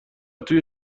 توی